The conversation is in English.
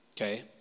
okay